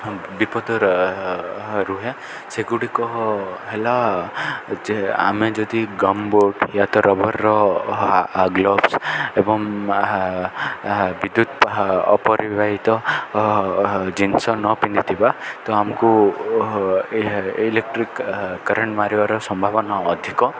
ବିପଦ ର ରୁହେ ସେଗୁଡ଼ିକ ହେଲା ଯେ ଆମେ ଯଦି ଗମ୍ ବୋଟ ୟା ତ ରବରର ଗ୍ଲୋଭ୍ସ ଏବଂ ବିଦ୍ୟୁତ ଅପରିବାହିତ ଜିନିଷ ନ ପିନ୍ଧିଥିବା ତ ଆମକୁ ଇଲେକ୍ଟ୍ରିକ କରେଣ୍ଟ ମାରିବାର ସମ୍ଭାବନା ଅଧିକ